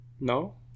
No